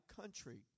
country